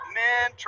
men